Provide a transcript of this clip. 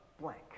blank